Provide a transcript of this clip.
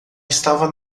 estava